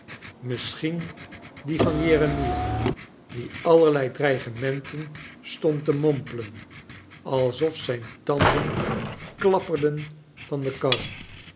misschien dien van jeremia die allerlei dreigementen stond te mompelen alsof zijn tanden klapperden van de kou